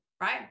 right